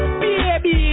baby